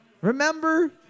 Remember